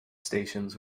stations